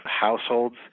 households